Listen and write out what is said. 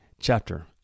chapter